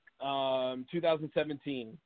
2017